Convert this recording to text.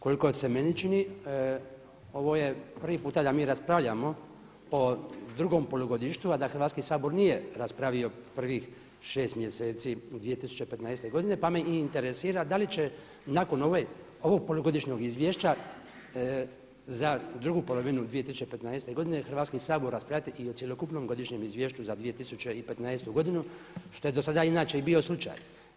Koliko se meni čini ovo je prvi puta da mi raspravljamo o drugom polugodištu, a da Hrvatski sabor nije raspravio prvih 6 mjeseci 2015. godine pa me i interesira da li će nakon ovog polugodišnjeg izvješća za drugu polovinu 2015. godine Hrvatski sabor raspravljati i o cjelokupnom Godišnjem izvješću za 2015. godinu što je dosada inače i bio slučaj.